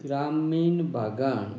ग्रामीण भागान